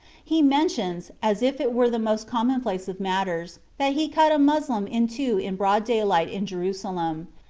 he mentions, as if it were the most commonplace of matters, that he cut a moslem in two in broad daylight in jerusalem,